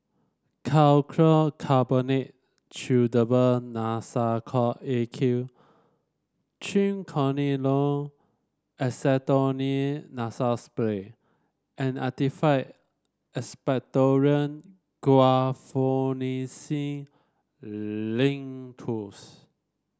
Calcium Carbonate Chewable Nasacort A Q Triamcinolone Acetonide Nasal Spray and Actified Expectorant Guaiphenesin Linctus